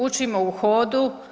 Učimo u hodu.